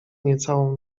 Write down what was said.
niecałą